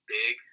big